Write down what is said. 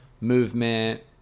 movement